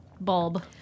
bulb